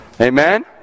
Amen